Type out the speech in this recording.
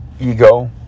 ego